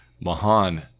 Mahan